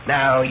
Now